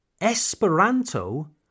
Esperanto